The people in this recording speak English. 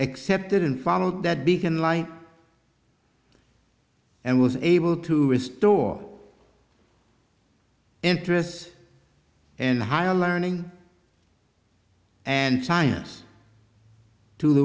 accepted and followed that beacon light and was able to restore interests and higher learning and science to the